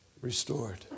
restored